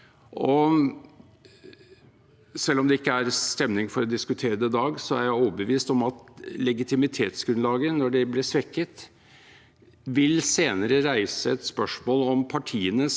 det senere reise spørsmål om partiene skal ha bukten og begge endene. På grunn av de vidunderlige tekstbehandlingsmulighetene kan man jo